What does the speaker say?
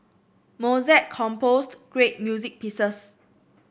Mozart composed great music pieces